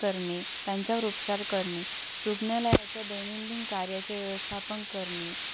करणे त्यांच्यावर उपचार करणे रुग्णालयाच्या दैनंदिन कार्याच्या व्यवस्थापन करणे